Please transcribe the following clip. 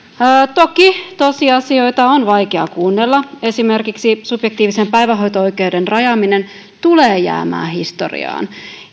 toki tosiasioita on vaikea kuunnella esimerkiksi subjektiivisen päivähoito oikeuden rajaaminen tulee jäämään historiaan